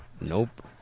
Nope